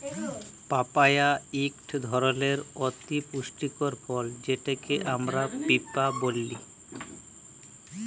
papaya ইকট ধরলের অতি পুষ্টিকর ফল যেটকে আমরা পিঁপা ব্যলি